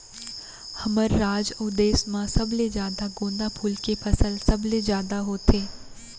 हमर राज अउ देस म सबले जादा गोंदा फूल के फसल सबले जादा होथे